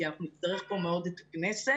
כי נצטרך כאן מאוד את הכנסת,